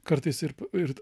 kartais ir ir